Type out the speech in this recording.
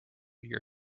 your